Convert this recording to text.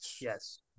Yes